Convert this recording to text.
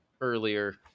earlier